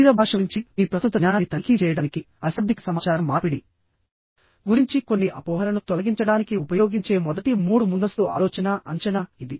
శరీర భాష గురించి మీ ప్రస్తుత జ్ఞానాన్ని తనిఖీ చేయడానికి మరియు అశాబ్దిక సమాచార మార్పిడి గురించి కొన్ని అపోహలను తొలగించడానికి ఉపయోగించే మొదటి మూడు ముందస్తు ఆలోచనా అంచనా ఇది